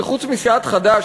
שחוץ מסיעת חד"ש,